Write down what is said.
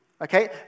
Okay